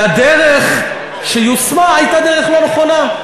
והדרך שיושמה הייתה דרך לא נכונה.